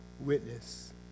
witness